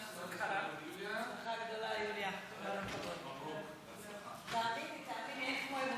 חוק פיצויי פיטורים (תיקון מס' 33),